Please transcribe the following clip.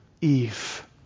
Eve